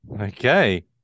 Okay